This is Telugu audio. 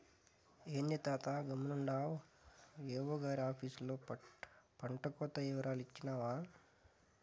ఏంది తాతా గమ్మునుండావు ఏవో గారి ఆపీసులో పంటకోత ఇవరాలు ఇచ్చినావా